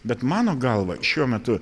bet mano galva šiuo metu